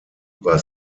über